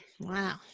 Wow